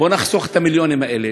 בוא נחסוך את המיליונים האלה